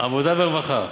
עבודה ורווחה.